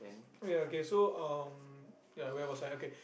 ya okay so uh ya where was I okay